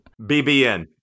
BBN